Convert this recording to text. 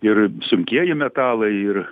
ir sunkieji metalai ir